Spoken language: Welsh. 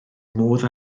modd